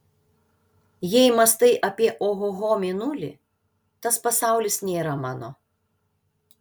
jei mąstai apie ohoho mėnulį tas pasaulis nėra mano